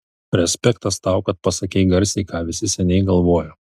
respektas tau kad pasakei garsiai ką visi seniai galvojo